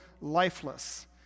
lifeless